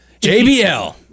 JBL